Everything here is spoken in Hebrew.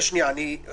אני אומר